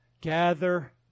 Gather